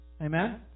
Amen